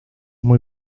muy